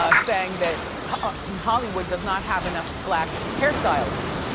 ah saying that hollywood does not have enough black hairstylists.